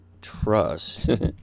trust